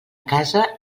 casa